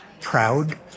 proud